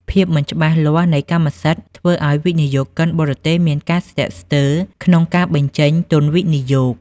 ភាពមិនច្បាស់លាស់នៃកម្មសិទ្ធិ ធ្វើឱ្យវិនិយោគិនបរទេសមានការស្ទាក់ស្ទើរក្នុងការបញ្ចេញទុនវិនិយោគ។